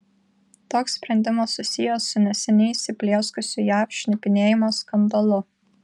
toks sprendimas susijęs su neseniai įsiplieskusiu jav šnipinėjimo skandalu